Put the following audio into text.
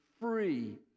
free